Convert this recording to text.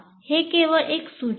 हे केवळ एक सूचक आहे